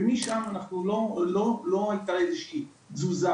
ומשם לא היתה איזו שהיא תזוזה.